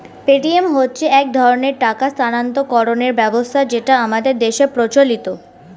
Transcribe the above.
Paytm হচ্ছে এক ধরনের টাকা স্থানান্তরকরণের ব্যবস্থা যেটা আমাদের দেশের প্রচলিত